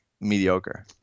mediocre